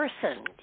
person